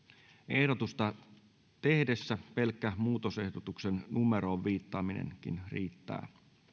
ehdotusta tehdessä pelkkä muutosehdotuksen numeroon viittaaminen riittää